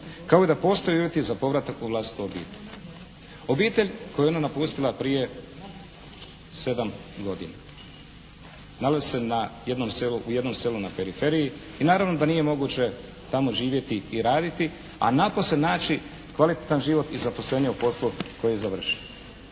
kao i da postoje uvjeti za povratak u vlastitu obitelj. Obitelj koju je ona napustila prije 7 godina nalazi se u jednom selu na periferiji i naravno da nije moguće tamo živjeti i raditi, a napose naći kvalitetan život i zaposlenje u poslu …/Govornik